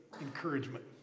encouragement